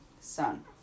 Son